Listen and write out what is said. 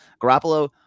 garoppolo